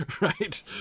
right